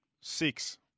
Six